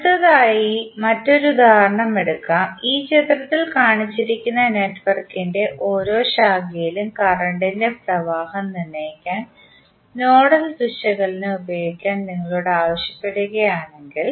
അടുത്തതായി മറ്റൊരു ഉദാഹരണമെടുക്കാം ഈ ചിത്രത്തിൽ കാണിച്ചിരിക്കുന്ന നെറ്റ്വർക്കിന്റെ ഓരോ ശാഖയിലും കറണ്ട് ഇന്റെ പ്രവാഹം നിർണ്ണയിക്കാൻ നോഡൽ വിശകലനം ഉപയോഗിക്കാൻ നിങ്ങളോട് ആവശ്യപ്പെടുകയാണെങ്കിൽ